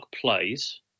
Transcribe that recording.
plays